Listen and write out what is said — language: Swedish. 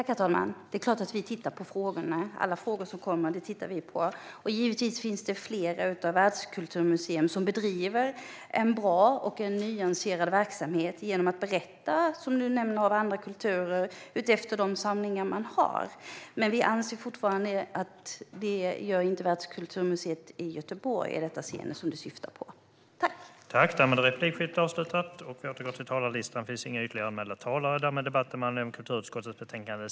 Herr talman! Det är klart att vi tittar på alla frågor som kommer. Givetvis finns det flera världskulturmuseer som bedriver en bra och nyanserad verksamhet genom att, som Niclas Malmberg nämner, berätta om andra kulturer utifrån sina samlingar. Men vi anser fortfarande att Världskulturmuseet i Göteborg, som Niclas Malmberg syftar på, inte gör det.